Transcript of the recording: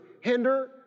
hinder